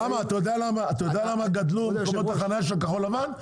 אתה יודע למה גדלו מקומות החנייה של כחול לבן?